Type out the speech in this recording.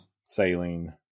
Saline